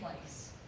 place